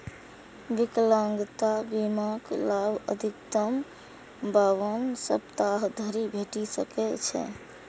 विकलांगता बीमाक लाभ अधिकतम बावन सप्ताह धरि भेटि सकै छै